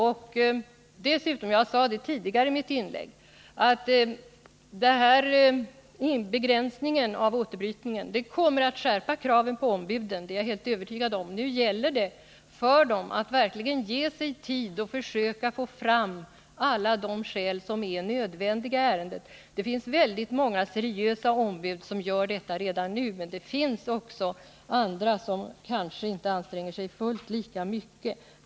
Och dessutom — jag sade det tidigare — kommer den här begränsningen av återbrytningen att skärpa kraven på ombuden. Det är jag helt övertygad om. Det gäller för dem att verkligen ta sig tid och försöka få vi som en god möjlighet. Den fram alla de skäl som det är nödvändigt att ta hänsyn till i ärendet. igt många ombud är seriösa och gör detta redan nu, men det finns också andra som kanske inte anstränger sig fullt lika mycket.